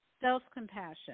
self-compassion